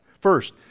First